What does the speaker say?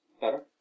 Better